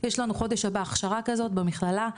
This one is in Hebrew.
יש לנו חודש הבא הכשרה כזאת במכללה,